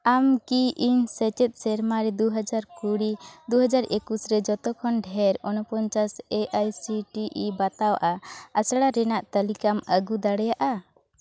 ᱟᱢᱠᱤ ᱤᱧ ᱥᱮᱪᱮᱫ ᱥᱮᱨᱢᱟᱨᱮ ᱫᱩ ᱦᱟᱡᱟᱨ ᱠᱩᱲᱤ ᱫᱩᱦᱟᱡᱟᱨ ᱮᱠᱩᱥ ᱨᱮ ᱡᱚᱛᱚᱠᱷᱚᱱ ᱰᱷᱮᱨ ᱚᱱᱚᱯᱚᱧᱪᱟᱥ A I C T E ᱵᱟᱛᱟᱣᱟ ᱟᱥᱲᱟ ᱨᱮᱱᱟᱜ ᱛᱟᱞᱤᱠᱟᱢ ᱟᱹᱜᱩ ᱫᱟᱲᱮᱭᱟᱜᱼᱟ